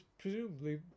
presumably